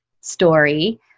story